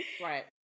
Right